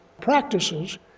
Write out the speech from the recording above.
practices